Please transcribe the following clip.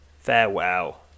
farewell